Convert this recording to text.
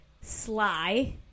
Sly